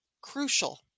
crucial